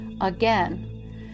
again